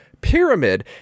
pyramid